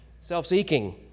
self-seeking